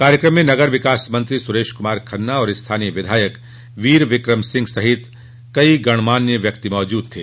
कार्यक्रम में नगर विकास मंत्री सुरेश कुमार खन्ना स्थानीय विधायक वीर विक्रम सिंह सहित कई गणमान्य व्यक्ति भी मौजूद थे